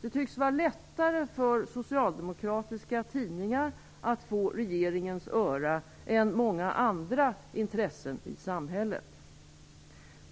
Det tycks vara lättare för socialdemokratiska tidningar att få regeringens öra än för många andra intressen i samhället.